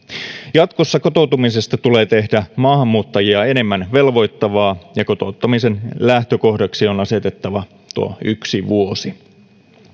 jatkossa kotoutumisesta tulee tehdä enemmän maahanmuuttajia velvoittavaa ja kotouttamisen lähtökohdaksi on asetettava tuo yksi vuosi